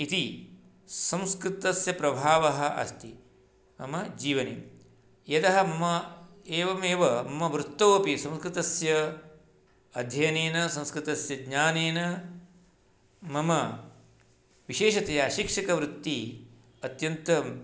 इति संस्कृतस्य प्रभावः अस्ति मम जीवने यतः मम एवमेव मम वृत्तौ अपि संस्कृतस्य अध्ययनेन संस्कृतस्य ज्ञानेन मम विशेषतया शिक्षकवृत्तिः अत्यन्तम्